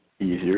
Easier